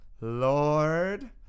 Lord